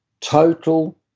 total